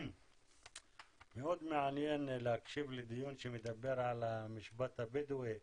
מאוד מעניין להקשיב לדיון שמדבר על המשפט הבדואי